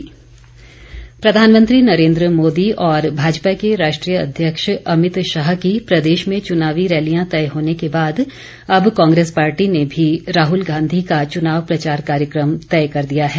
प्रचार कांग्रेस प्रधानमंत्री नरेन्द्र मोदी और भाजपा के राष्ट्रीय अध्यक्ष अमित शाह की प्रदेश में चुनावी रैलियां तय होने के बाद अब कांग्रेस पार्टी ने भी राहुल गांधी का चुनाव प्रचार कार्यक्रम तय कर दिया है